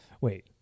Wait